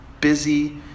busy